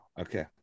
okay